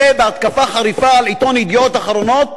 צא בהתקפה חריפה על עיתון "ידיעות אחרונות",